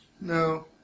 no